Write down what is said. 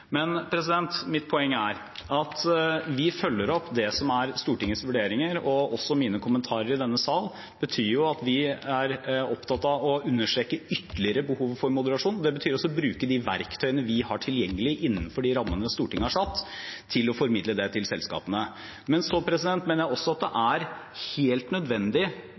Men mitt poeng er at vi følger opp det som er Stortingets vurderinger, og også mine kommentarer i denne sal betyr at vi er opptatt av å understreke ytterligere behovet for moderasjon. Det betyr også å bruke de verktøyene vi har tilgjengelig, innenfor de rammene Stortinget har satt, til å formidle det til selskapene. Men jeg mener også at det er helt nødvendig